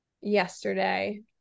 yesterday